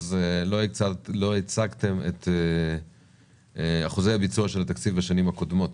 לא הצגתם את אחוזי הביצוע של התקציב בשנים הקודמות,